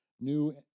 new